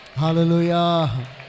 Hallelujah